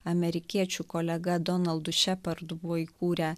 amerikiečių kolega donaldu šepardu buvo įkūrę